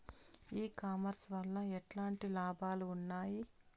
E commerce వల్ల ఎట్లాంటి లాభాలు ఉన్నాయి?